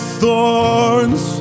thorns